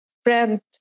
friend